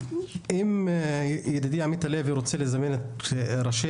אם ידידי עמית הלוי רוצה לזמן את ראשי